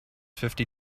fifty